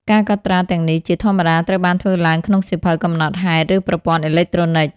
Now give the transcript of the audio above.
ការកត់ត្រាទាំងនេះជាធម្មតាត្រូវបានធ្វើឡើងក្នុងសៀវភៅកំណត់ហេតុ ឬប្រព័ន្ធអេឡិចត្រូនិក។